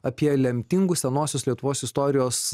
apie lemtingus senosios lietuvos istorijos